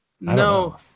No